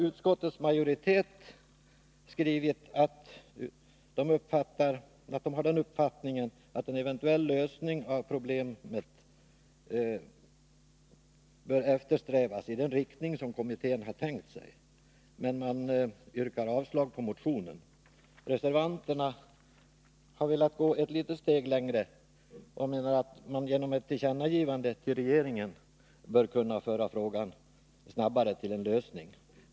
Utskottets majoritet har i sin skrivning uttalat att man har den uppfattningen att en eventuell lösning av problemet bör eftersträvas i den riktning som kommittén har tänkt sig, men man yrkar avslag på motionen. Reservanterna har velat gå ett litet steg längre och menar att man genom ett tillkännagivande till regeringen bör kunna föra frågan snabbare till en lösning.